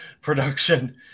production